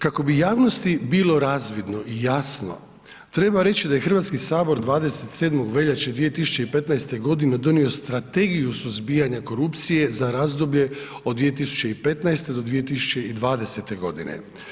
Kako bi javnosti bilo razvidno i jasno, treba reći da je Hrvatski sabor 27. veljače 2015. godine donio Strategiju suzbijanja korupcije za razdoblje od 2015. do 2020. godine.